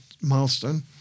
milestone